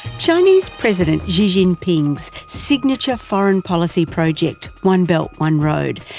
chinese president xi jinping's signature foreign policy project, one belt one road,